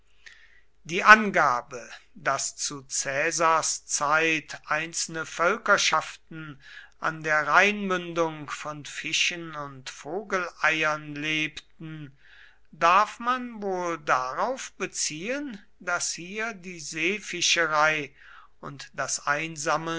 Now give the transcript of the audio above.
die angabe daß zu caesars zeit einzelne völkerschaften an der rheinmündung von fischen und vogeleiern lebten darf man wohl darauf beziehen daß hier die seefischerei und das